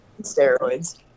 Steroids